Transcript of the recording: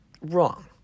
wrong